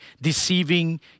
deceiving